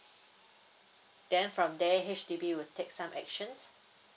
then from there H_D_B will take some actions